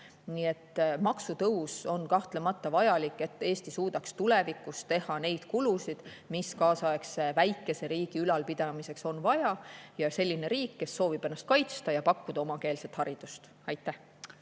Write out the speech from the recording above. Nii et maksutõus on kahtlemata vajalik, et Eesti suudaks tulevikus kanda neid kulusid, mis kaasaegse väikese riigi ülalpidamiseks on vaja, [ja oleks] selline riik, kes soovib ennast kaitsta ja pakkuda omakeelset haridust. Aitäh!